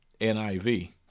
NIV